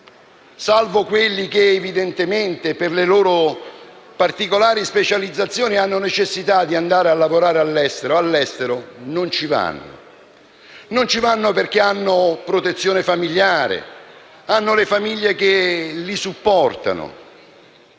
salvo quelli che, per le loro particolari specializzazioni, hanno necessità di andare a lavorare all'estero, all'estero non ci vanno. Non ci vanno perché qui hanno protezione familiare e hanno le famiglie che li supportano.